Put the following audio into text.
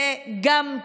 וגם,